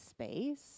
space